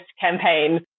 campaign